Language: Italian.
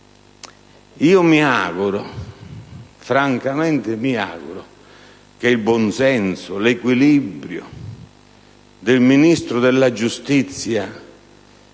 Mi auguro francamente che il buonsenso e l'equilibrio del Ministro della giustizia